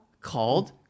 called